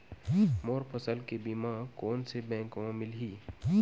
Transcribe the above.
मोर फसल के बीमा कोन से बैंक म मिलही?